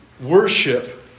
Worship